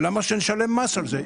למה שנשלם מס על זה?